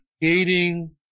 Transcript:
creating